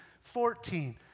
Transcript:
fourteen